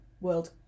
world